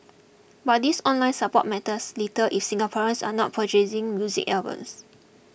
but this online support matters little if Singaporeans are not purchasing music albums